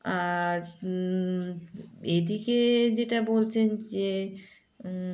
আর এদিকে যেটা বলছেন যে